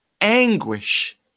anguish